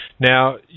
Now